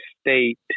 state